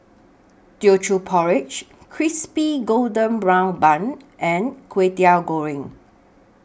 Teochew Porridge Crispy Golden Brown Bun and Kway Teow Goreng